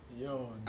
Yo